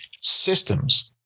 systems